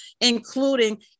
including